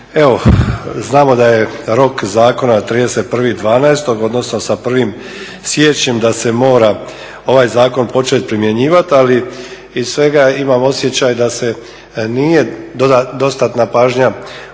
Evo, znamo da je rok zakona 31.12. odnosno sa 1.siječnjem da se mora ovaj zakon počet primjenjivat, ali iz svega imam osjećaj da se nije dostatna pažnja poklonila